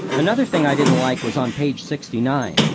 another thing i didn't like was on page sixty nine,